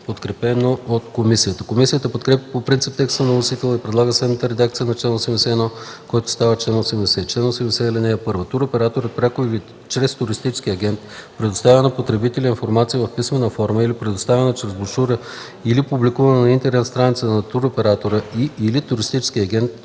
подкрепя предложението. Комисията подкрепя по принцип текста на вносителя и предлага следната редакция на чл. 81, който става чл. 80: „Чл. 80. (1) Туроператорът пряко или чрез туристически агент предоставя на потребителя информация в писмена форма или предоставена чрез брошура, или публикувана на интернет страницата на туроператора и/или туристическия агент,